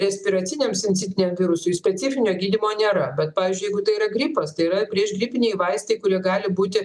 respiraciniam sencitiniam virusui specifinio gydymo nėra bet pavyzdžiui jeigu tai yra gripas tai yra priešgripiniai vaistai kurie gali būti